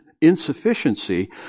insufficiency